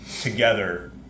together